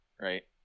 right